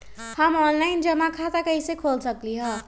हम ऑनलाइन जमा खाता कईसे खोल सकली ह?